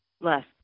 Less